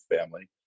family